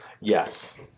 Yes